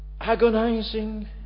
agonizing